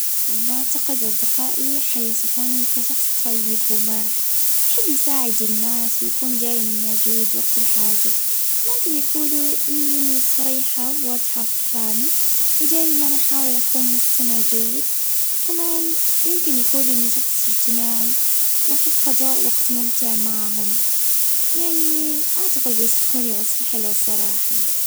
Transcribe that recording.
اه أكيد اه حيجولوا عليا إني إجتماعية ومرحة وبحب نعاون الناس.